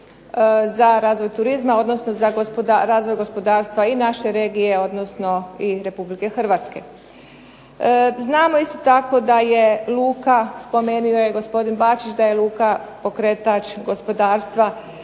za razvoj turizma, odnosno za razvoj gospodarstva i naše regije, odnosno i RH. Znamo isto tako da je luka, spomenuo je gospodin Bačić, da je luka pokretač gospodarstva